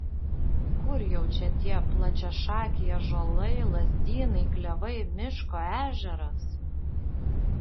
kur jau čia tie plačiašakiai ąžuolai lazdynai klevai miško ežeras